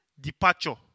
departure